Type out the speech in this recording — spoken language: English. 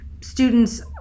students